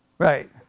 Right